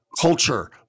culture